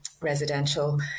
residential